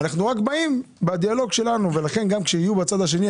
אנחנו רק באים בדיאלוג שלנו ולכן גם כשהם יהיו בצד השני,